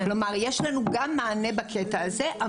כלומר, יש לנו מענה גם בקטע הזה.